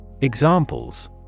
Examples